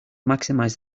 maximize